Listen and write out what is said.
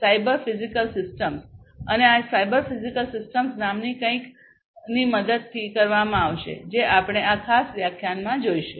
cyber physical systems અને આ cyber physical systems નામની કંઈકની મદદથી કરવામાં આવશે જે આપણે આ ખાસ વ્યાખ્યાનમાં જોઈશું